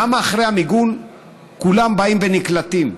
למה אחרי המיגון כולם באים ונקלטים?